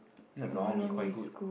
then the lor-mee quite good